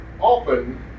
often